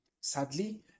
Sadly